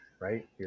right